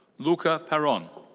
luca paron.